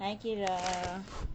hi kira